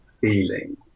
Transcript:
feeling